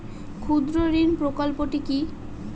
ক্ষুদ্রঋণ প্রকল্পটি কি?